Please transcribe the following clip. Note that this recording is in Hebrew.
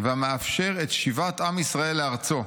והמאפשר את שיבת עם ישראל לארצו.